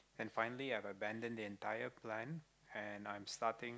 and finally I've abandoned the entire plan and I'm starting